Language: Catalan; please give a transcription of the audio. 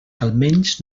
almenys